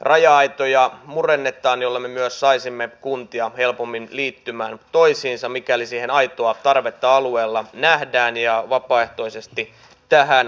raja aitoja murennetaan millä me myös saisimme kuntia helpommin liittymään toisiinsa mikäli siihen aitoa tarvetta alueella nähdään ja vapaaehtoisesti tähän päädytään